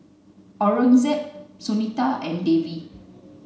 Aurangzeb Sunita and Devi